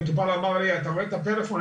מטופל אמר לי אתה רואה את הפלאפון,